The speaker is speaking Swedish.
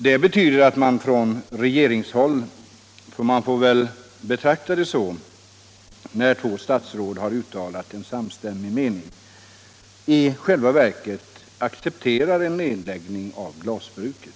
Detta betyder att man på regeringshåll — jag får väl se det så, när två statsråd har uttalat en sam stämmig mening - i själva verket accepterar en nedläggning av glasbruket.